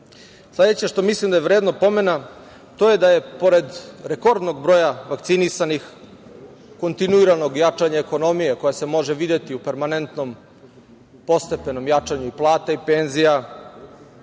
što mislim da je vredno pomena to je da je pored rekordnog broja vakcinisanih, kontinuiranog jačanja ekonomije, koja se može videti u permanentnom postepenom jačanju plata i penzija,